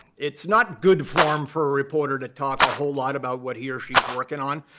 it's not good form for a reporter to talk a whole lot about what he or she is working on.